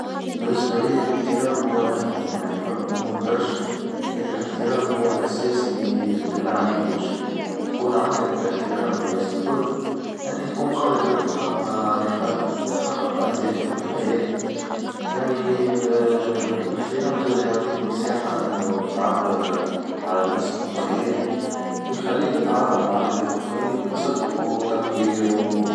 بالنسبة لي للاحترام هو الاهم يعني الحب مهم برشا لكن الاحترام هو الأساس اللي تبنى عليه كل شيء، يكون عندك الاحترام للناس الكل يعني تكون قادر إنك تحافظ على علاقاتك وتحقق أهدافك في الحياة، يعني الاحترام زادا يعطيك مساحة إنو تعبر على نفسك بحرية ويخليك تتعامل مع العباد الآخرين بصدق وتقدير.